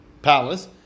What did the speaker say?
Palace